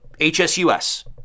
HSUS